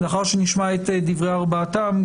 לאחר שנשמע את דברי ארבעתם,